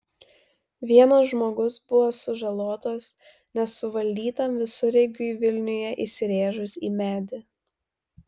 vienas žmogus buvo sužalotas nesuvaldytam visureigiui vilniuje įsirėžus į medį